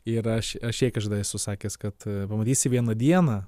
ir aš aš jai kažkada esu sakęs kad pamatysi vieną dieną